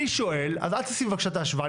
אל תעשי בבקשה את ההשוואה.